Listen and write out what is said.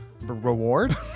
Reward